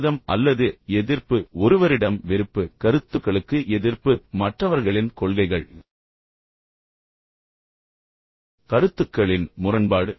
விரோதம் அல்லது எதிர்ப்பு ஒருவரிடம் வெறுப்பு கருத்துக்களுக்கு எதிர்ப்பு மற்றவர்களின் கொள்கைகள் கருத்துக்களின் முரண்பாடு